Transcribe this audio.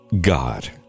God